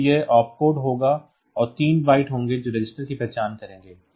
तो यह op code होगा और तीन बिट्स होंगे जो रजिस्टर की पहचान करेंगे